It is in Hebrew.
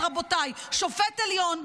רבותיי, שופט עליון,